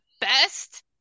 best